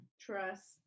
Trust